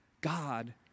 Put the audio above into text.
God